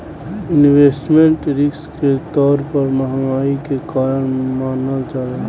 investment risk के तौर पर महंगाई के कारण मानल जाला